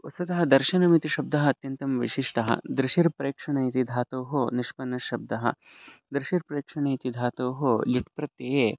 वस्तुतः दर्शनम् इति शब्दः अत्यन्तं विशिष्टः दृशिर्प्रेक्षणे इति धातोः निष्पन्नः शब्दः दृशिर् प्रेक्षणे इति धातोः लिट् प्रत्यये